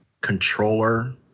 controller